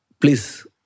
please